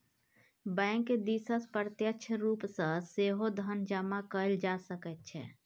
bank दिससँ प्रत्यक्ष रूप सँ सेहो धन जमा कएल जा सकैत छै